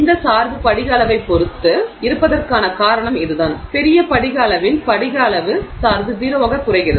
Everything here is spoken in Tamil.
இந்த சார்பு படிக அளவைப் பொறுத்து இருப்பதற்கான காரணம் அதுதான் பெரிய படிக அளவில் படிக அளவு சார்பு 0 ஆக குறைகிறது